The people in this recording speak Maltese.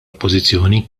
oppożizzjoni